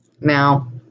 Now